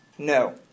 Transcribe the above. No